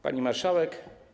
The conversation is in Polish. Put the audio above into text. Pani Marszałek!